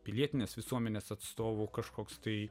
pilietinės visuomenės atstovų kažkoks tai